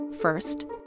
First